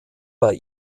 bei